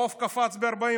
העוף קפץ ב-45%,